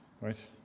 Right